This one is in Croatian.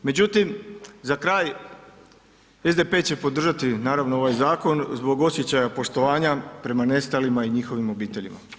Međutim, za kraj, SDP će podržati ovaj zakon zbog osjećaja poštovanja prema nestalima i njihovim obiteljima.